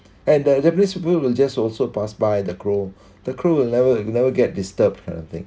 and the japanese will will just also pass by the crow the crow will never never get disturb kind of thing